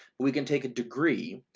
we can take a degree,